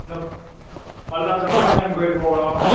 நுப் பல்லடத்தில் மாசாணி அம்மன் கோயில் போகணும்